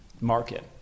market